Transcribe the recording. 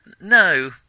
No